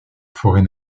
forêt